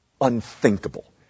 unthinkable